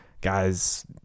guys